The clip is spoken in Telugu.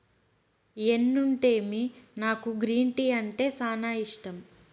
ఎన్నుంటేమి నాకు గ్రీన్ టీ అంటే సానా ఇష్టం